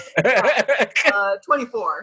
24